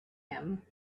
him